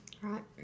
Right